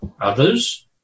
others